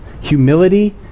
humility